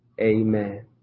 Amen